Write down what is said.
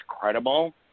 credible